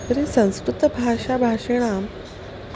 तर्हि संस्कृतभाषाभाषिणां